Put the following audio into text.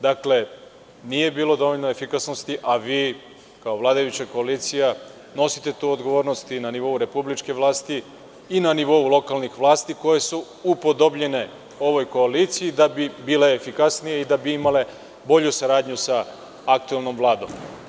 Dakle, nije bilo dovoljno efikasnosti, a vi kao vladajuća koalicija nosite tu odgovornost i na nivou republičke vlasti i na nivou lokalnih vlasti koje su upodobljene ovoj koaliciji da bi bile efikasnije i da bi imale bolju saradnju sa aktuelnom Vladom.